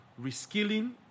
reskilling